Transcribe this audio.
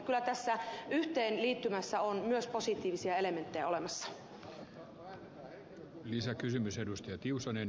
kyllä tässä yhteenliittymässä on myös positiivisia elementtejä olemassa